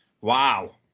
Wow